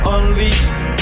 Unleashed